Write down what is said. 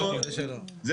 זה